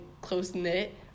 close-knit